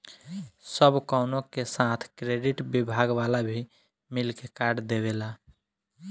सब कवनो के साथ क्रेडिट विभाग वाला भी मिल के कार्ड देवेला